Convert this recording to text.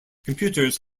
computers